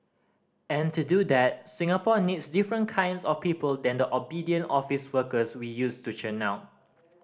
and to do that Singapore needs different kinds of people than the obedient office workers we used to churn out